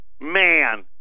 man